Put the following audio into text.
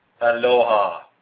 Aloha